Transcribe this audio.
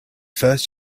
first